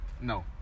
No